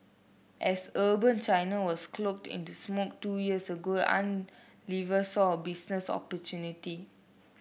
as urban China was cloaked in the smog two years ago saw a business opportunity